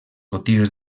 botigues